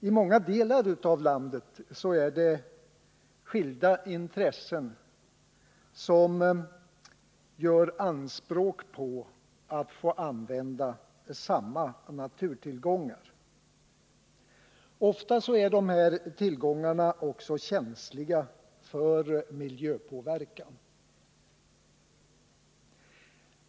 I många delar av landet gör skilda intressen anspråk på att få använda samma naturtillgångar. Ofta är dessa naturtillgångar också känsliga för miljöpåverkan.